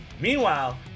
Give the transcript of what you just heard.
Meanwhile